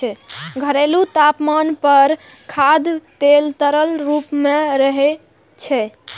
घरेलू तापमान पर खाद्य तेल तरल रूप मे रहै छै